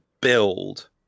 build